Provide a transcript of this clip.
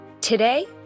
Today